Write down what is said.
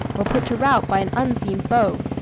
were put to rout by an unseen foe.